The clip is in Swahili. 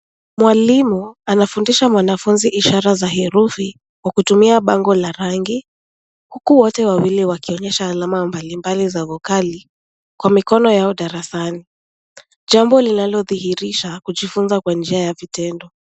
Mwalimu anafundisha mwanafunzi ishara za herufi kwa kutumia bango la rangi huku wote wawili wakionyesha alama mbalimbali za vokali kwa mikono yao darasani, jambo linalodhihirisha kujifunza kwa njia ya vitendo.